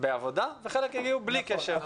בעבודה וחלק הגיעו בלי קשר.